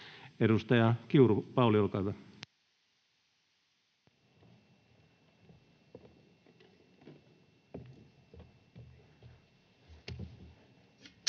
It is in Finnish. Edustaja Kiuru, Pauli, olkaa hyvä. [Speech